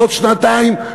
בעוד שנתיים,